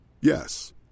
Yes